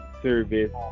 service